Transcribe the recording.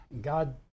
God